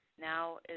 now